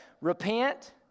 Repent